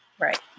Right